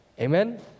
Amen